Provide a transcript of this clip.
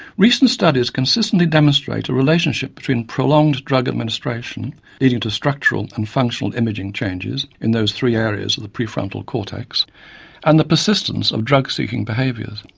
recent studies consistently demonstrate a relationship between prolonged drug administration leading to structural and functional imaging changes in those three areas of the prefrontal cortex and the persistence of drug seeking behaviours.